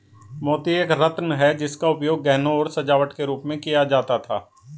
मोती एक रत्न है जिसका उपयोग गहनों और सजावट के रूप में किया जाता था